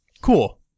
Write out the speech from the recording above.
Cool